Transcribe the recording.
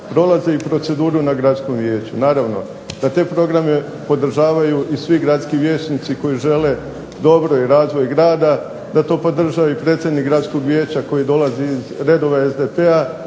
prolaze i proceduru na gradskom vijeću. Naravno da te programe podržavaju i svi gradski vijećnici koji žele dobro razvoj grada, da to podržava i predsjednik gradskog vijeća koji dolazi iz redova SDP-a